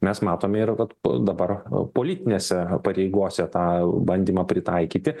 mes matome ir vat dabar politinėse pareigose tą bandymą pritaikyti